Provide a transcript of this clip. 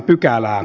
ää